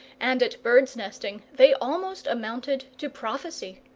and at bird's-nesting they almost amounted to prophecy.